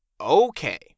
okay